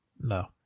No